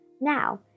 Now